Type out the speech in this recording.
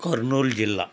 కర్నూల్ జిల్లా